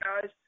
guys